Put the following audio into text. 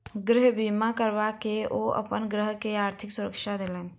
गृह बीमा करबा के ओ अपन घर के आर्थिक सुरक्षा देलैन